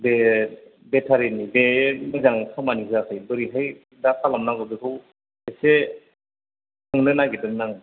बे भेटारिनि बे मोजां खामानि होयाखै बोरैहाय मा खालामनांगौ बेखौ एसे सोंनो नागिरदोंमोन आं